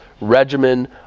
regimen